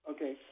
Okay